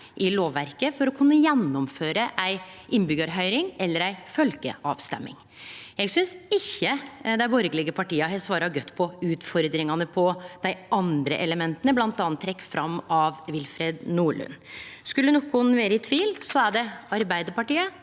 i lovverket til å kunne gjennomføre ei innbyggjarhøyring eller ei folkeavrøysting. Eg synest ikkje dei borgarlege partia har svara godt på utfordringane på dei andre elementa, bl.a. trekte fram av Willfred Nordlund. Skulle nokon vere i tvil, er det Arbeidarpartiet